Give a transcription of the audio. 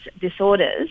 disorders